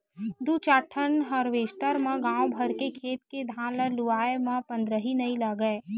दू चार ठन हारवेस्टर म गाँव भर के खेत के धान ल लुवाए म पंदरही नइ लागय